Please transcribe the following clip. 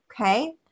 okay